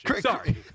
Sorry